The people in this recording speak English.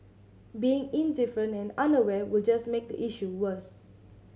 being indifferent and unaware will just make the issue worse